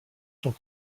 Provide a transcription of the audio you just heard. sont